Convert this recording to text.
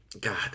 God